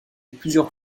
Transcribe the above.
plusieurs